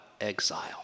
exile